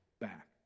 back